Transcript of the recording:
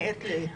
מעת לעת,